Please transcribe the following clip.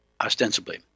ostensibly